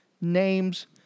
name's